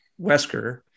Wesker